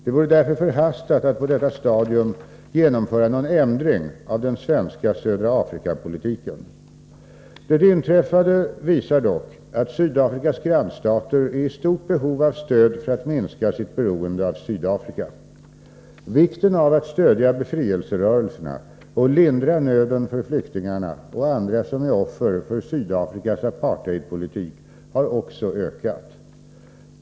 Det vore därför förhastat att på detta stadium genomföra någon ändring av den svenska södra Afrikapolitiken. Det inträffade visar dock att Sydafrikas grannstater är i stort behov av stöd för att minska sitt beroende av Sydafrika. Vikten av att stödja befrielserörelserna och lindra nöden för flyktingarna och andra som är offer för Sydafrikas apartheidpolitik, har också ökat.